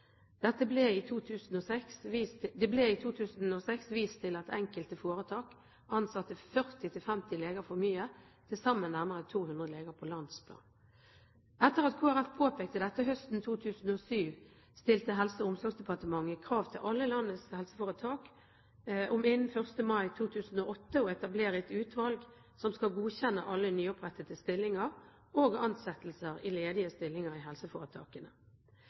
Det ble i 2006 vist til at enkelte foretak ansatte 40–50 leger for mye, til sammen nærmere 200 leger på landsplan. Etter at Kristelig Folkeparti påpekte dette høsten 2007, stilte Helse- og omsorgsdepartementet krav til alle landets helseforetak om innen 1. mai 2008 å etablere et utvalg som skal godkjenne alle nyopprettede stillinger og ansettelser i ledige stillinger i helseforetakene.